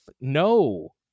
no